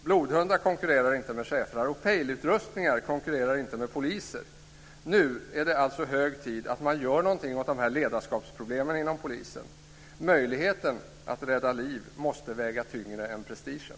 Blodhundar konkurrerar inte med schäfrar. Pejlutrustningar konkurrerar inte med poliser. Nu är det alltså hög tid att man gör någonting åt de här ledarskapsproblemen inom polisen. Möjligheten att rädda liv måste väga tyngre än prestigen.